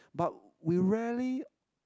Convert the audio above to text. but we rarely